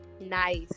Nice